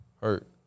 hurt